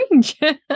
strange